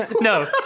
no